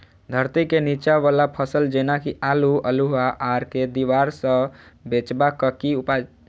धरती केँ नीचा वला फसल जेना की आलु, अल्हुआ आर केँ दीवार सऽ बचेबाक की उपाय?